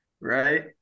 Right